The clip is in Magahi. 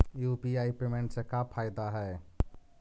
यु.पी.आई पेमेंट से का फायदा है?